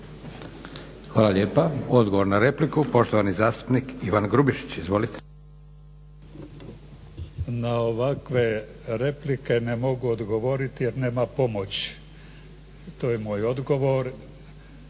Hvala lijepa. Odgovor na repliku poštovani zastupnik Ivan Grubišić. Izvolite. **Grubišić, Ivan (Nezavisni)** Na ovakve replike ne mogu odgovoriti jer nema pomoći. I to je moj odgovor